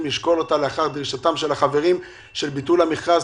לשקול אותה לאחר דרישתם של החברים על ביטול המכרז.